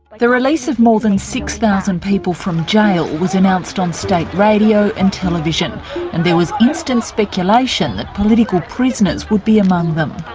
the release of more than six thousand people from jail was announced on state radio and television and there was instant speculation that political prisoners would be among them.